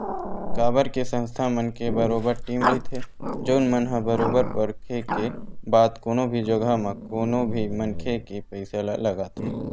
काबर के संस्था मन के बरोबर टीम रहिथे जउन मन ह बरोबर परखे के बाद कोनो भी जघा म कोनो भी मनखे के पइसा ल लगाथे